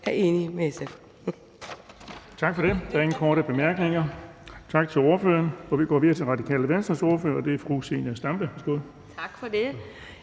Bonnesen): Tak for det. Der er ingen korte bemærkninger, så tak til ordføreren. Og vi går videre til Radikale Venstres ordfører, og det er fru Zenia Stampe. Værsgo. Kl.